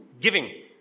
Giving